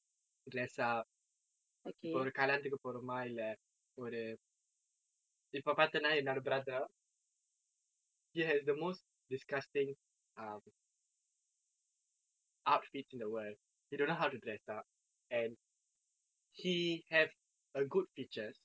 dress up இப்போ ஒரு கல்யாணத்துக்கு போறோமா இல்லே ஒரு இப்போ பார்த்தேன்னா என்னோட:ippo oru kalyaanathukku poroma illae oru ippo parthennaa ennoda brother he has the most disgusting outfits in the world he don't know how to dress up and he have err good features